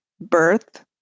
birth